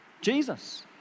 Jesus